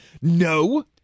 No